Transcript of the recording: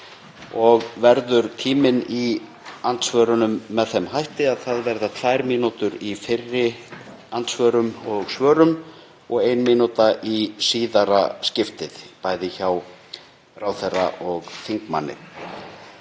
og verður tíminn í andsvörum með þeim hætti að það verða tvær mínútur í fyrri andsvörum og svörum og ein mínúta í síðara skiptið, bæði hjá ráðherra og þingmanni.